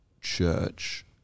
church